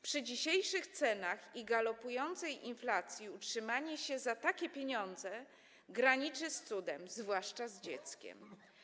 Przy dzisiejszych cenach i galopującej inflacji utrzymanie się za takie pieniądze graniczy z cudem, zwłaszcza z dzieckiem.